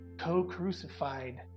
co-crucified